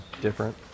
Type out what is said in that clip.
different